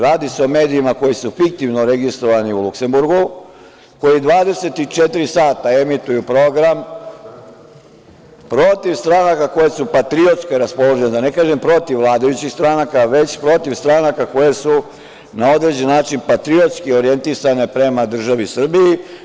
Radi se o medijima koji su fiktivno registrovani u Luksemburgu, koji 24 sata emituju program protiv stranaka koje su patriotski raspoložene, da ne kažem protiv vladajućih stranaka, već protiv stranka koje su na određen način patriotski orjentisane prema državi Srbiji.